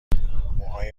موهای